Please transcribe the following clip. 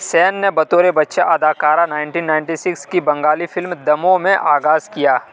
سین نے بطور بچہ اداکارہ نائنٹین نائنٹی سکس کی بنگالی فلم دمو میں آغاز کیا